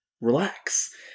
relax